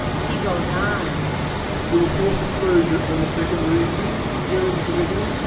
he goes on they will force a closure on the second reading, go into committee,